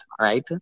right